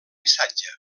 missatge